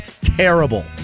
terrible